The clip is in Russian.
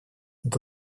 это